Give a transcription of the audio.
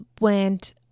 went